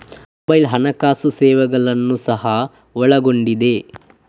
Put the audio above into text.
mobile ಹಣಕಾಸು ಸೇವೆಗಳನ್ನು ಸಹ ಒಳಗೊಂಡಿದೆ